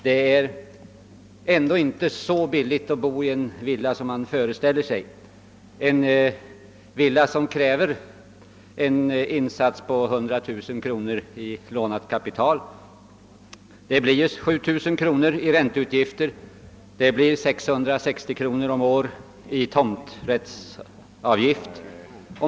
Det är inte så billigt att bo i en villa som man ofta föreställer sig. En villa som kräver en insats på 100 000 kronor i lånat kapital kostar ju ändå 7 000 kronor i ränteutgifter. Det blir också 660 kronor om året i tomträttsavgift.